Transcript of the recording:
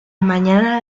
mañana